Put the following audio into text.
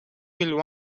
will